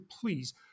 please